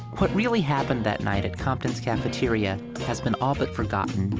what really happened that night at compton's cafeteria has been all but forgotten.